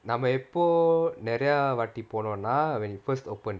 நம்ம எப்போ நிறையா வாட்டி போனோன்னா:namma eppo niraiya vaati ponnona when it first opened